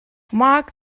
mark